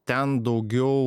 ten daugiau